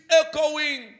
echoing